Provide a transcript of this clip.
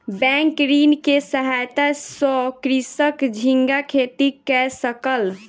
bank ऋण के सहायता सॅ कृषक झींगा खेती कय सकल